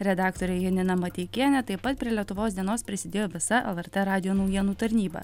redaktorė janina mateikienė taip pat prie lietuvos dienos prisidėjo visa lrt radijo naujienų tarnyba